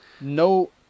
no